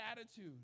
attitude